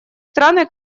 страны